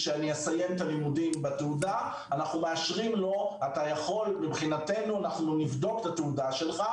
כשהוא יסיים את הלימודים אנחנו מאשרים לו שנבדוק את התעודה שלו,